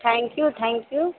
thank you thank you